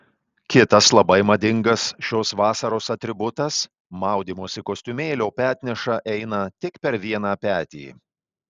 kitas labai madingas šios vasaros atributas maudymosi kostiumėlio petneša eina tik per vieną petį